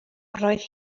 roedd